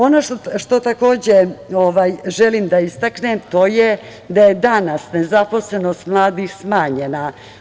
Ono što želim da istaknem, to je da je danas nezaposlenost mladih smanjena.